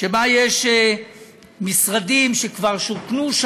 שם יש משרדים שכבר שוכנו.